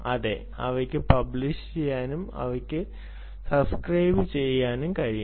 അതെ അവക്ക് പബ്ലിഷ് ചെയ്യാനും അവക്ക് സബ്സ്ക്രൈബുചെയ്യാനും കഴിയും